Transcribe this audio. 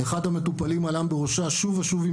אחד המטופלים הלם בראשה שוב ושוב עם